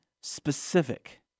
specific